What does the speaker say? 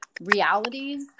realities